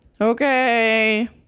Okay